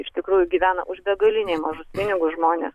iš tikrųjų gyvena už begaliniai mažus pinigus žmonės